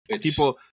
People